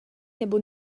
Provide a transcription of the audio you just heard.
nebo